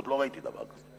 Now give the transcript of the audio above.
עוד לא ראיתי דבר כזה.